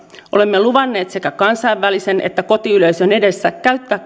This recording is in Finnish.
luvanneet sekä kansainvälisen että kotiyleisön edessä käyttää kehitysyhteistyöhön